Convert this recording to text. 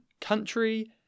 country